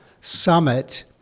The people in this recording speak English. Summit